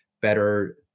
better